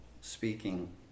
speaking